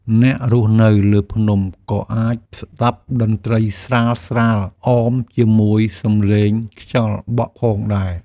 អ្នករស់នៅលើភ្នំក៏អាចស្ដាប់តន្ត្រីស្រាលៗអមជាមួយសំឡេងខ្យល់បក់ផងដែរ។